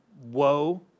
woe